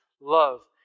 love